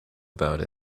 about